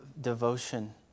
devotion